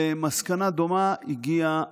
למסקנה דומה הגיעה